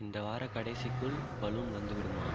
இந்த வாரக் கடைசிக்குள் பலூன் வந்துவிடுமா